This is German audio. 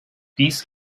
dies